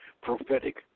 prophetic